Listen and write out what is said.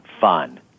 fun